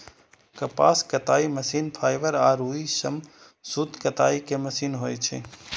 कपास कताइ machine fibre या रुइ सं सूत कताइ के मशीन होइ छै